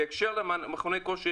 בהקשר למכוני כושר,